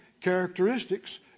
characteristics